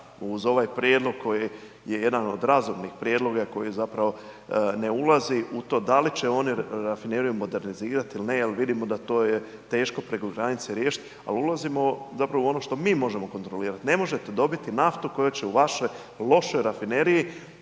uz ovaj prijedlog koji je jedan od razumnih prijedloga, koji zapravo ne ulazi u to da li će oni rafineriju modernizirati ili ne jer vidimo da je to teško preko granice riješiti, ali ulazimo zapravo u ono što mi možemo kontrolirati. Ne možete dobiti naftu koja će u vašoj lošoj rafineriji